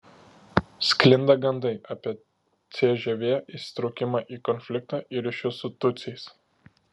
sklinda gandai apie cžv įsitraukimą į konfliktą ir ryšius su tutsiais